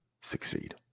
succeed